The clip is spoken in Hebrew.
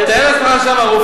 תתאר לך עכשיו הרופאים.